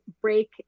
break